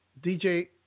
DJ